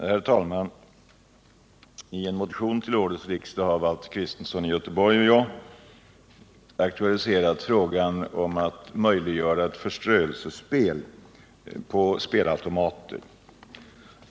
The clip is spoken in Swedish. Herr talman! I en motion till årets riksdag har Valter Kristenson och jag aktualiserat möjligheten att tillåta förströelsespel på spelautomater.